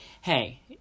hey